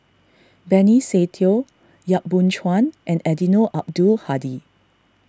Benny Se Teo Yap Boon Chuan and Eddino Abdul Hadi